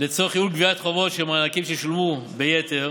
לצורך ייעול גביית חובות של מענקים ששולמו ביתר